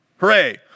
Hooray